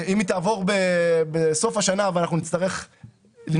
אם היא תעבור בסוף השנה ואנחנו נצטרך לנסוע